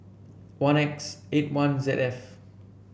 one X eight one Z F